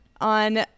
On